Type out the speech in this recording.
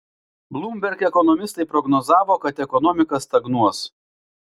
bloomberg ekonomistai prognozavo kad ekonomika stagnuos